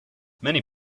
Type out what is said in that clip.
many